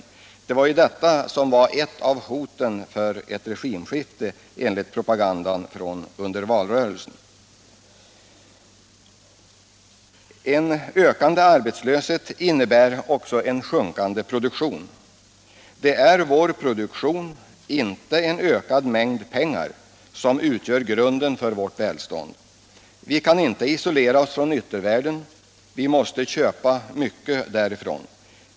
Detta var ju ett av hoten, enligt propagandan under valrörelsen om vad ett regimskifte skulle kunna medföra. En ökande arbetslöshet innebär också en sjunkande produktion. Det är vår produktion — inte en ökad mängd pengar — som utgör grunden debatt 1 Allmänpolitisk debatt för vårt välstånd. Vi kan inte isolera oss från yttervärlden. Vi måste köpa mycket därifrån.